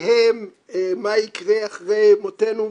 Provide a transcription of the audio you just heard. מה יקרה אחרי מותנו,